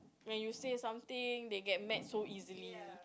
when you say something they get mad so easily